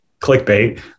clickbait